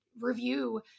review